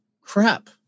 crap